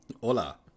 Hola